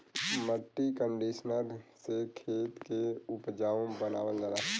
मट्टी कंडीशनर से खेत के उपजाऊ बनावल जाला